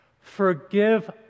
Forgive